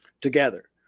together